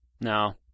No